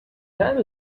time